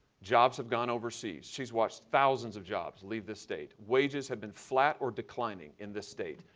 jobs have gone overseas. she's watched thousands of jobs leave this state. wanels have been flat or declining in this state.